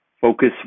focus